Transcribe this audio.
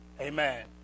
Amen